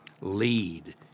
lead